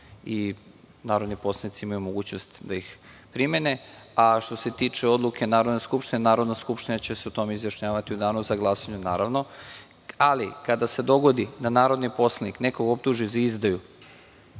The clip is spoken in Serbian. i narodni poslanici imaju mogućnost da ih primene, a što se tiče odluke Narodne skupštine, Narodna skupština će se o tome izjašnjavati u danu za glasanje. Kada se dogodi da narodni poslanik nekog optuži za izdaju,